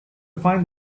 find